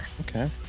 okay